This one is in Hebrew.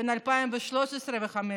בין 2013 ל-2015: